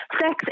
Sex